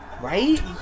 right